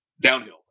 downhill